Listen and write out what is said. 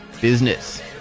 Business